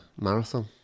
marathon